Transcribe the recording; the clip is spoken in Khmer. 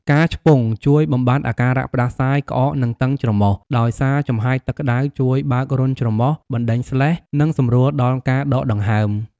ការឆ្ពង់ជួយបំបាត់អាការៈផ្តាសាយ ក្អក និងតឹងច្រមុះ ដោយសារចំហាយទឹកក្តៅជួយបើករន្ធច្រមុះ បណ្តេញស្លេស្ម និងសម្រួលដល់ការដកដង្ហើម។